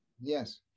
Yes